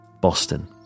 Boston